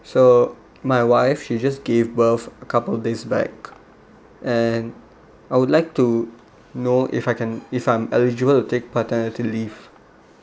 so my wife she just gave birth a couple days back and I would like to know if I can if I'm eligible to take paternity leave